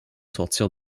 sortirent